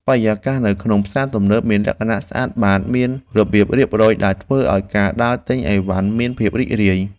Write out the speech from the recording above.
បរិយាកាសនៅក្នុងផ្សារទំនើបមានលក្ខណៈស្អាតបាតមានរបៀបរៀបរយដែលធ្វើឱ្យការដើរទិញអីវ៉ាន់មានភាពរីករាយ។